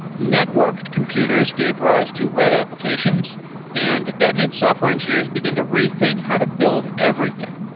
networked computers gave rise to web applications and that made software engineers begin to rethink how to build everything.